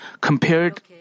compared